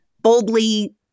boldly